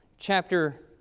Chapter